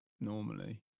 normally